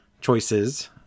choices